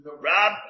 Rob